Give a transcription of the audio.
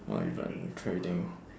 or even trading